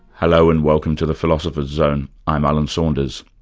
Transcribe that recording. hello, and welcome to the philosopher's zone, i'm alan saunders.